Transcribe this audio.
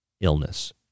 illness